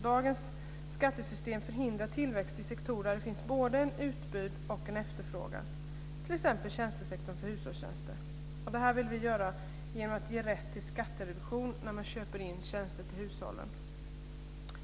Dagens skattesystem förhindrar tillväxt i sektorer där det finns både ett utbud och en efterfrågan, t.ex. tjänstesektorn för hushållstjänster. Det här vill vi göra genom att ge rätt till skattereduktion när man köper in tjänster till hushållen.